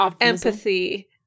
empathy